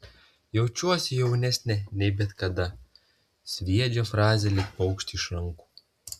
jaučiuosi jaunesnė nei bet kada sviedžia frazę lyg paukštį iš rankų